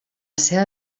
seva